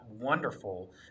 wonderful